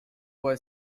boy